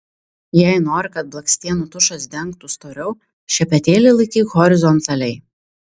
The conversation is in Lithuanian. jei nori kad blakstienų tušas dengtų storiau šepetėlį laikyk horizontaliai